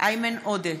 איימן עודה,